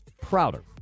prouder